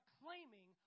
claiming